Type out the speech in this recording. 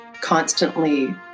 constantly